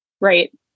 Right